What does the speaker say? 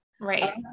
Right